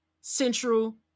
Central